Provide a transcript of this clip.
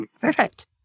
Perfect